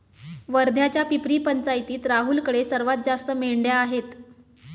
वर्ध्याच्या पिपरी पंचायतीत राहुलकडे सर्वात जास्त मेंढ्या आहेत